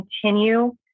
continue